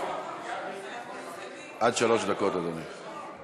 עד שלוש דקות, אדוני.